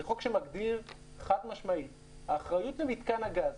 זה חוק שמגדיר חד-משמעית שהאחריות למתקן הגז,